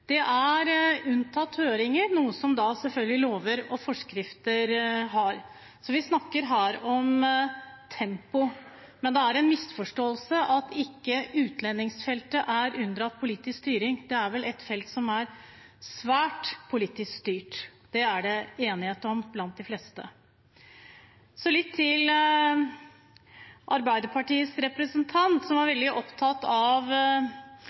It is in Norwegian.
De er unntatt høringer, noe som selvfølgelig lover og forskrifter ikke er. Så vi snakker her om tempo. Men det er en misforståelse at utlendingsfeltet er unndratt politisk styring. Det er vel et felt som er svært politisk styrt, og det er det enighet om blant de fleste. Så til Arbeiderpartiets representant, som var veldig opptatt av